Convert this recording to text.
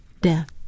death